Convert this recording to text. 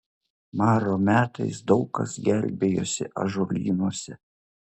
maro metais daug kas gelbėjosi ąžuolynuose